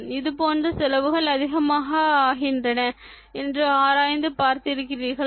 இது போன்ற செலவுகள் அதிகமாக ஆகின்றன என்று ஆராய்ந்து பார்த்து இருக்கிறீர்களா